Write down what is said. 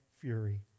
fury